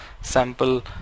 sample